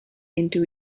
into